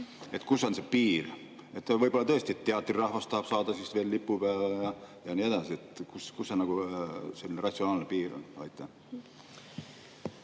Kus on see piir? Võib-olla tõesti teatrirahvas tahab saada veel lipupäeva ja nii edasi. Kus see ratsionaalne piir on? Aitäh!